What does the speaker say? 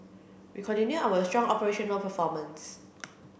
we continue our strong operational performance